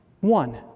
One